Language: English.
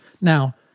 Now